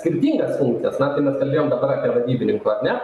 skirtingas funkcijas na tai mes kalbėjom dabar vadybininko ar ne